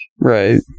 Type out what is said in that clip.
Right